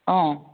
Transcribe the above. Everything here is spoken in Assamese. অঁ